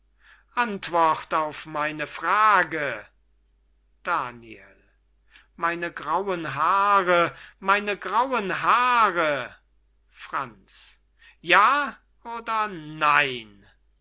antwort auf meine frage daniel meine grauen haare meine grauen haare franz ja oder nein